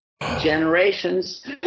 generations